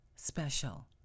special